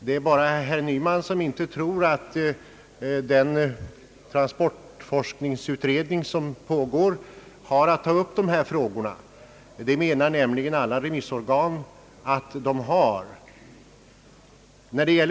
Det är bara herr Nyman som inte tror att den transportforskningsutredning som nu arbetar skall ta upp även de frågor det här gäller. Det me nar nämligen alla remissorgan att utredningen skall göra.